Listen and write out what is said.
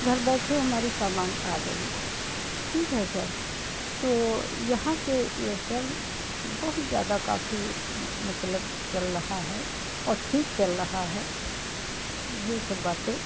घर बैठे हमारा सामान आ गया ठीक है सर तो यहाँ से एयरटेल बहुत ज़्यादा काफ़ी मतलब चल रहा है और ठीक चल रहा है यह सब बातें